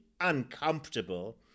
uncomfortable